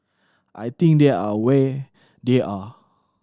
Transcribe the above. I think they are away they are